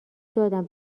دادم